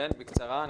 כן, בקצרה.